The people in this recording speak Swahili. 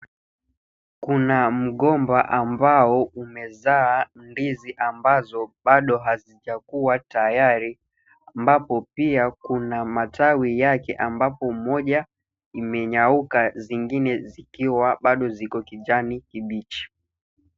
Kuna mgomba ambao umezaa ndizi ambazo bado hazijakua tayari ambapo pia kuna matawi yake ambapo moja imenyauka zingine zikiwa bado ziko kijani kibichi.